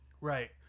Right